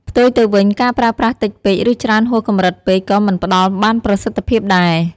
ផ្ទុយទៅវិញ ការប្រើប្រាស់តិចពេក ឬច្រើនហួសកម្រិតពេកក៏មិនផ្ដល់បានប្រសិទ្ធភាពដែរ។